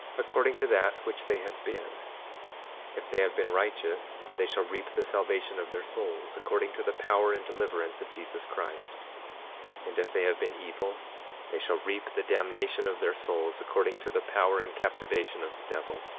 according to that which they have been if they have been righteous they shall reap the salvation of their souls, according to the power and deliverance of jesus christ and if they have been evil they shall reap the damnation of their souls, according to the power and captivation of the devil.